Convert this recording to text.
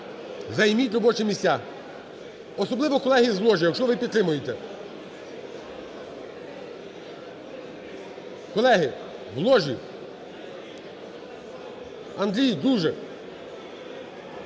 займіть робочі місця. Особливо колеги з ложі, якщо ви підтримуєте. Колеги в ложі! Андрій, дуже…